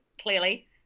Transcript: clearly